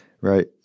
Right